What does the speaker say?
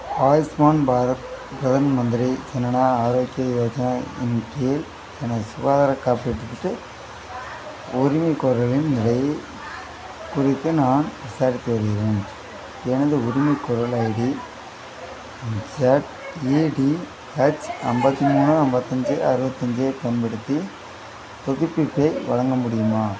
ஆயுஷ்மான் பாரத் பிரதான் மந்திரி ஜனனா ஆரோக்கிய யோஜனா இன் கீழ் எனது சுகாதாரக் காப்பீட்டுத்திட்டு உரிமைகோரலின் நிலை குறித்து நான் விசாரித்து வருகிறேன் எனது உரிமைகோரல் ID Z E D H ஐம்பத்தி மூணு ஐம்பத்தஞ்சி அறுபத்தஞ்சைப் பயன்படுத்தி புதுப்பிப்பை வழங்க முடியுமா